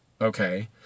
okay